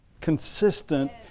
consistent